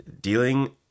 Dealing